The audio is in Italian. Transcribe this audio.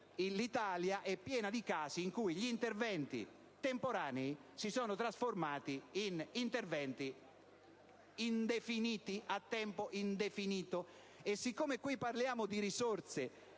l'Italia è piena di casi in cui gli interventi temporanei si sono trasformati in interventi a tempo indefinito. Siccome nel caso specifico parliamo di risorse